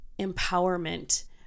empowerment